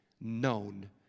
known